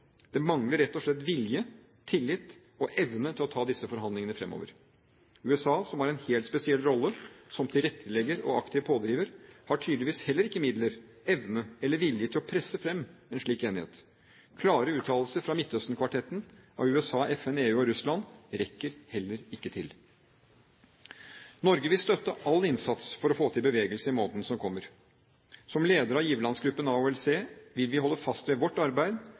Det mangler rett og slett vilje, tillit og evne til å ta disse forhandlingene fremover. USA, som har en helt spesiell rolle som tilrettelegger og aktiv pådriver, har tydeligvis heller ikke midler, evne eller vilje til å presse fram en slik enighet. Klare uttalelser fra Midtøsten-kvartetten av USA, FN, EU og Russland rekker heller ikke til. Norge vil støtte all innsats for å få til bevegelse i månedene som kommer. Som leder av giverlandsgruppen, AHLC, vil vi holde fast ved vårt arbeid